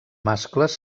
mascles